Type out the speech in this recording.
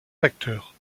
facteurs